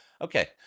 Okay